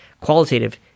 Qualitative